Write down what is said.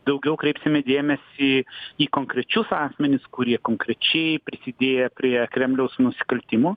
daugiau kreipsime dėmesį į konkrečius asmenis kurie konkrečiai prisidėję prie kremliaus nusikaltimų